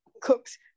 cooks